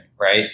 right